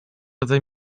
rodzaj